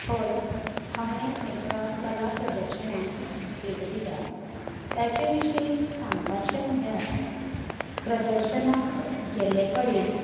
हय हांवें एका कला प्रदर्शनाक भेट दिल्या ताचे विशीं सांगपाचें म्हणल्यार प्रदर्शनाक गेल्ले कडेन